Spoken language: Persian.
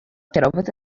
کراوات